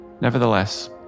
Nevertheless